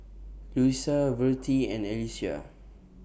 Louisa Vertie and Alesia